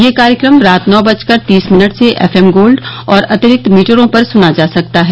यह कार्यक्रम रात नौ बजकर तीस मिनट से एफ एम गोल्ड और अतिरिक्त मीटरों पर सुना जा सकता है